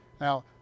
Now